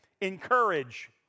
Encourage